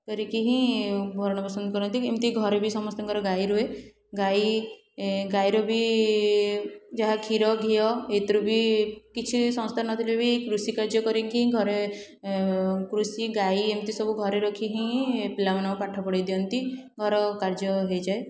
କରିକି ହିଁ ଭରଣପୋଷୋଣ କରନ୍ତି ଏମିତି ଘରେ ବି ସମସ୍ତଙ୍କର ଗାଈ ବି ରୁହେ ଗାଈ ଗାଈର ବି ଯାହା କ୍ଷୀର ଘିଅ ଏଥିରୁ ବି କିଛି ସଂସ୍ଥା ନଥିଲେ ବି କୃଷିକାର୍ଯ୍ୟ କରିକି ଘରେ କୃଷି ଗାଈ ଏମିତି ସବୁ ଘରେ ରଖି ହିଁ ଏ ପିଲାମାନଙ୍କୁ ପାଠ ପଢ଼େଇ ଦିଅନ୍ତି ଘର କାର୍ଯ୍ୟ ହେଇଯାଏ